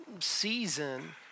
season